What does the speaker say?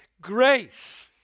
grace